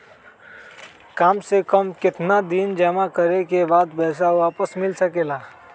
काम से कम केतना दिन जमा करें बे बाद पैसा वापस मिल सकेला?